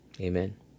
Amen